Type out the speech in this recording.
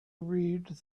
read